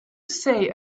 say